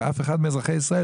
ואף אחד מאזרחי ישראל,